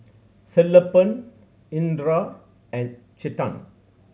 Sellapan Indira and Chetan